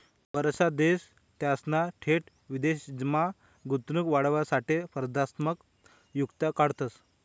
बराचसा देश त्यासना थेट विदेशमा गुंतवणूक वाढावासाठे स्पर्धात्मक युक्त्या काढतंस